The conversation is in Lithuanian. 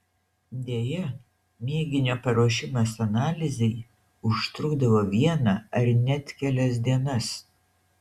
deja mėginio paruošimas analizei užtrukdavo vieną ar net kelias dienas